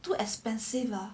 too expensive lah